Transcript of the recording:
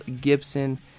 Gibson